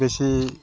বেছি